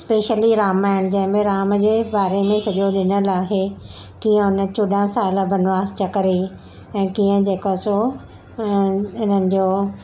specially Ramayan जे में राम जे बारे में सॼो ॾिनल आहे कि उन चोॾहं साल बनवास जा करे ऐं कीअं जेको आहे सो अं इननि जो